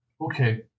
Okay